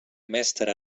mestre